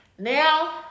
Now